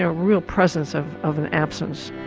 ah real presence of of an absence.